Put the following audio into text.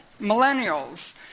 millennials